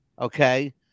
Okay